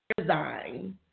design